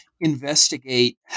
investigate